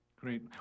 Great